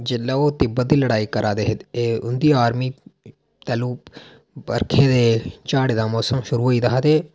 लेकिन जेल्लै ओह् तिब्बत दी लड़ाई करा दे हे उंदी आर्मी तैलूं बरखै ते झाड़े दा मौसम शुरू होई दा हा ते